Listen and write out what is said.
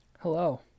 Hello